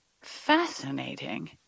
Fascinating